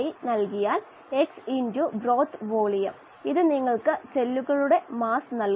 അതിനാൽ ഇതിനെ volumetric oxygen transfer coefficient അഥവാ KLa എന്ന്വിളിക്കുന്നു